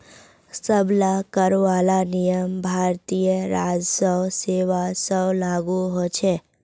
सब ला कर वाला नियम भारतीय राजस्व सेवा स्व लागू होछे